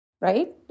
right